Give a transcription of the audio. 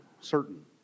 certain